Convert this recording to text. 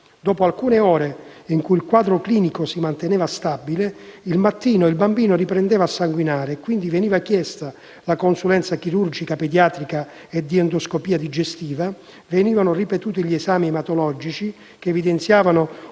Dopo alcune ore in cui il quadro clinico si manteneva stabile, al mattino il bambino riprendeva a sanguinare e, quindi, veniva chiesta la consulenza di chirurgia pediatrica e di endoscopia digestiva; venivano ripetuti gli esami ematologici che evidenziavano